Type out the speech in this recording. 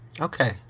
Okay